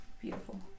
beautiful